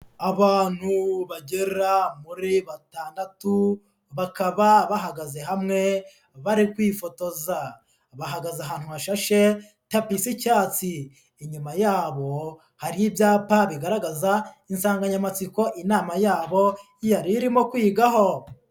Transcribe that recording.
Abantu bagera muri batandatu bakaba bahagaze hamwe bari kwifotoza, bahagaze ahantu hashashe tapi z'icyatsi, inyuma yabo hari ibyapa bigaragaza insanganyamatsiko inama yabo yari irimo kwigaho.